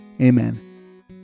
Amen